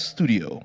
Studio